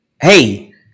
Hey